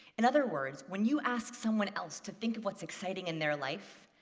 in other words, when you ask someone else to think of what's exciting in their life,